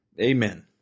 amen